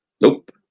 Nope